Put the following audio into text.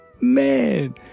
Man